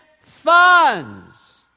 funds